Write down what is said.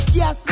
yes